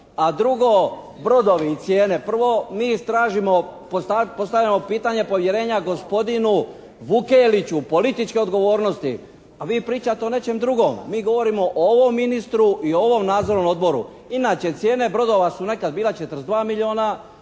A drugo, brodovi i cijene. Prvo, mi tražimo, postavljamo pitanje povjerenja gospodinu Vukeliću političke odgovornosti a vi pričate o nečem drugom. Mi govorimo o ovom ministru i o ovom Nadzornom odboru. Inače, cijene brodova su nekad bile 42 milijuna